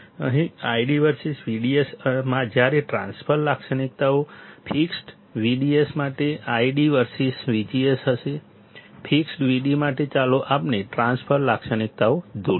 અહીં ID versus VDS જ્યારે transfer લાક્ષણિકતાઓ ફિક્સ્ડ VDS માટે ID વર્સીસ VGS હશે ફિક્સ્ડ VD માટે ચાલો આપણે ટ્રાન્સફર લાક્ષણિકતાઓ દોરીએ